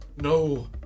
No